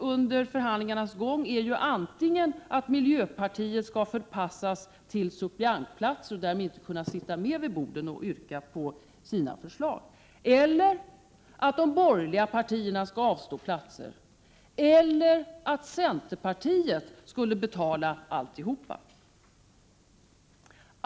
Under förhandlingarnas gång har socialdemokraterna föreslagit antingen att miljöpartiet skall förpassas till suppleantplats — och därmed inte sitta med vid borden och kunna framställa yrkanden — eller att de borgerliga partierna skall avstå platser eller att centerpartiet skall betala allt.